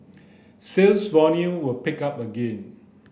sales volume will pick up again